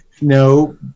No